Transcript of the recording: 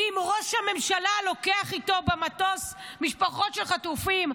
ואם ראש הממשלה לוקח איתו במטוס משפחות של חטופים,